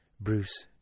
Bruce